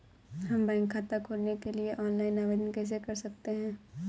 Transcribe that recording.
हम बैंक खाता खोलने के लिए ऑनलाइन आवेदन कैसे कर सकते हैं?